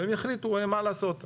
והם יחליטו מה לעשות.